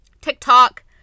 TikTok